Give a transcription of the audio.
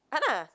[han nah]